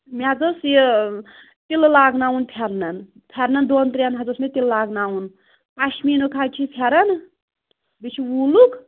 مےٚ حظ ٲسۍ یہِ تِلہٕ لاگناوُن فٮ۪رنَن فٮ۪رنَن دۄن ترٛٮ۪ن حظ اوس مےٚ تِلہٕ لاگناوُن پَشمیٖنُک حظ چھِ فٮ۪رن بیٚیہِ چھُ ووٗلُک